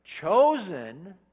chosen